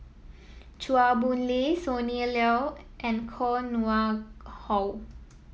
Chua Boon Lay Sonny Liew and Koh Nguang How